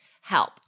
Help